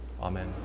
Amen